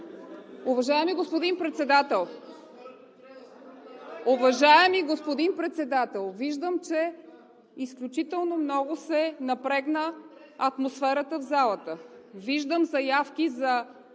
Уважаеми господин Председател, виждам, че изключително много се напрегна атмосферата в залата. Виждам заявки за